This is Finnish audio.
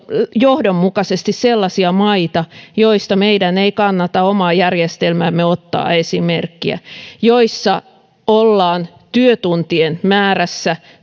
johdonmukaisesti sellaisia maita joista meidän ei kannata omaan järjestelmäämme ottaa esimerkkiä joissa ollaan työtuntien määrässä